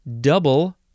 double